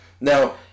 Now